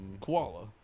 Koala